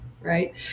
right